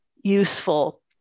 useful